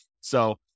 So-